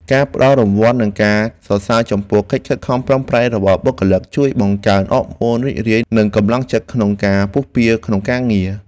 ការផ្តល់រង្វាន់និងការសរសើរចំពោះកិច្ចខិតខំប្រឹងប្រែងរបស់បុគ្គលិក ជួយបង្កើនអរម៉ូនរីករាយនិងកម្លាំងចិត្តក្នុងការពុះពារក្នុងការងារ។